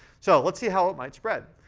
so let's see how it might spread.